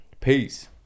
Peace